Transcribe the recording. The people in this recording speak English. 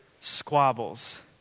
squabbles